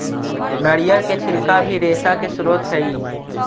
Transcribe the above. नरियर के छिलका भी रेशा के स्रोत हई